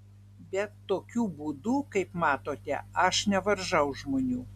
bet tokiu būdu kaip matote aš nevaržau žmonių